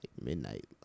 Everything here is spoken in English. Midnight